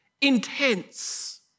intense